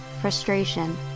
frustration